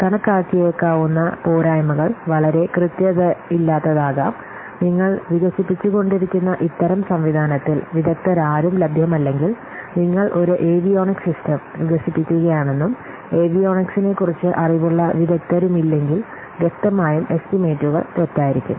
കണക്കാക്കിയേക്കാവുന്ന പോരായ്മകൾ വളരെ കൃത്യതയില്ലാത്തതാകാം നിങ്ങൾ വികസിപ്പിച്ചുകൊണ്ടിരിക്കുന്ന ഇത്തരം സംവിധാനത്തിൽ വിദഗ്ധരാരും ലഭ്യമല്ലെങ്കിൽ നിങ്ങൾ ഒരു ഏവിയോണിക്സ് സിസ്റ്റം വികസിപ്പിക്കുകയാണെന്നും ഏവിയോണിക്സിനെ കുറിച്ച് അറിവുള്ള വിദഗ്ദ്ധരുമില്ലെങ്കിൽ വ്യക്തമായും എസ്റ്റിമേറ്റുകൾ തെറ്റായിരിക്കും